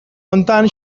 honetan